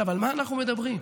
על מה אנחנו מדברים?